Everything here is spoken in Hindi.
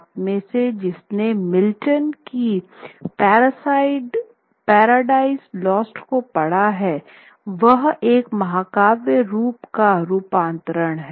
आप में से जिसने मिल्टन की पैराडाइस लॉस्ट को पढ़ा है यह एक महाकाव्य रूप का रूपांतरण है